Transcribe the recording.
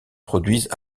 produisent